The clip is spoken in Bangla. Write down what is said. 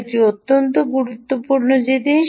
এটি অন্য গুরুত্বপূর্ণ জিনিস